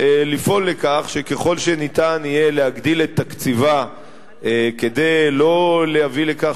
לפעול לכך ככל שניתן יהיה להגדיל את תקציבה כדי לא להביא לכך